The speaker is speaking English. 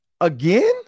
Again